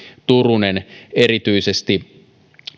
turunen erityisesti